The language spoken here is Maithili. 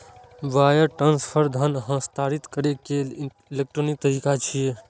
वायर ट्रांसफर धन हस्तांतरित करै के इलेक्ट्रॉनिक तरीका छियै